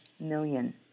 million